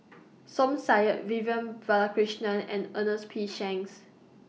Som Said Vivian Balakrishnan and Ernest P Shanks